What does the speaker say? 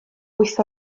wyth